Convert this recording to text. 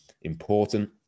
important